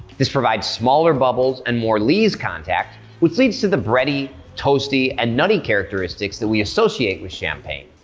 this provides smaller bubbles and more lees contact which leads to the bready, toasty and nutty characteristics that we associate with champagne.